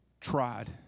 tried